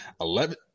eleven